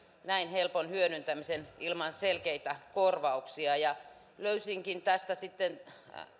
näin helpon hyödyntämisen ilman selkeitä korvauksia löysinkin tästä sitten